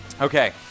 Okay